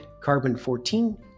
carbon-14